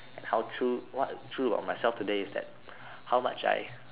and how true what true about myself today is that how much I